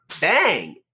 bang